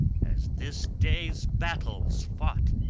as this day's battle's fought.